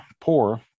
poor